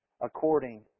according